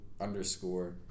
underscore